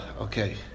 okay